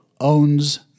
owns